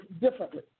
differently